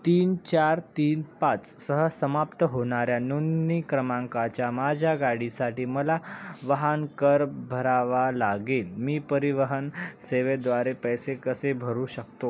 तीन चार तीन पाच सह समाप्त होणाऱ्या नोंदणी क्रमांकाच्या माझ्या गाडीसाठी मला वाहन कर भरावा लागेल मी परिवहन सेवेद्वारे पैसे कसे भरू शकतो